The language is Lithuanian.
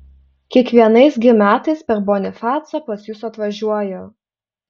kiekvienais gi metais per bonifacą pas jus atvažiuoja